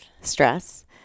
stress